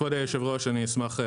כבוד יושב הראש אני אשמח,